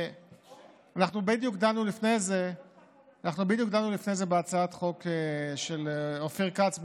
אנחנו בדיוק דנו לפני זה בהצעת החוק של אופיר כץ,